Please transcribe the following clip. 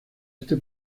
este